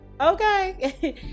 Okay